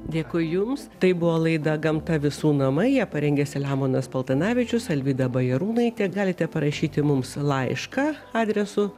dėkui jums tai buvo laida gamta visų namai ją parengė selemonas paltanavičius alvyda bajarūnaitė galite parašyti mums laišką adresu